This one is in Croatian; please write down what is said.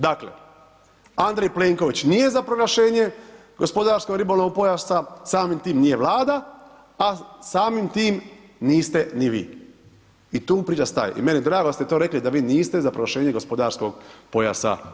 Dakle, Andrej Plenković nije za proglašenje gospodarsko ribolovnog pojasa, samim tim nije Vlada, a samim tim niste ni vi i tu priča staje i meni je drago da ste to rekli da vi niste za proglašenje gospodarskog pojasa.